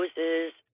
hoses